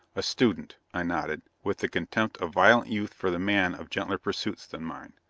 a student, i nodded, with the contempt of violent youth for the man of gentler pursuits than mine,